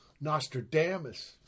Nostradamus